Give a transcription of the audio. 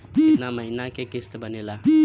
कितना महीना के किस्त बनेगा?